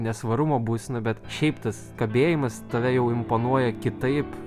nesvarumo būsena bet šiaip tas kabėjimas tave jau imponuoja kitaip